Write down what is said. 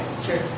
Sure